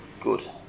good